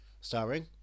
Starring